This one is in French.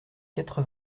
quatre